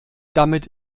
damit